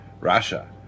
Russia